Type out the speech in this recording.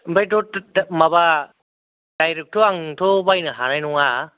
ओमफ्रायथ' माबा डायरेक्टथ' आंथ' बायनो हानाय नङा